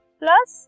plus